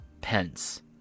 Pence